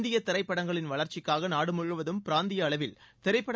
இந்திய திரைப்படங்களின் வளர்ச்சிக்காக நாடு முழுவதும் பிராந்திய அளவில் திரைப்பட